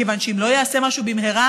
כיוון שאם לא ייעשה משהו במהרה,